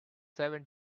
seven